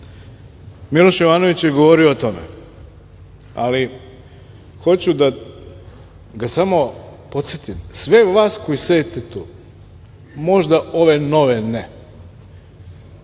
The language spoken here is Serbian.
Miloš Jovanović je govorio o tome, ali hoću da ga samo podsetim, sve vas koji sedite tu, možda ove nove ne,